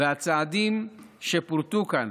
והצעדים שפורטו כאן